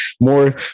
more